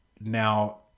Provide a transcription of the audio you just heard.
now